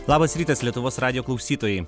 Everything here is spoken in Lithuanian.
labas rytas lietuvos radijo klausytojai